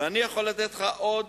אני יכול לתת לך עוד